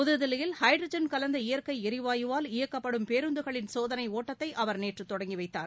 புதுதில்லியில் ஹைட்ரஜன் கலந்த இயற்கை எரிவாயுவால் இயக்கப்படும் பேருந்துகளின் சோதனை ஒட்டத்தை அவர் நேற்று தொடங்கி வைத்தார்